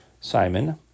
Simon